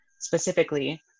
specifically